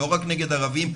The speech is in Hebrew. לא רק נגד ערבים.